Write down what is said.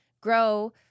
grow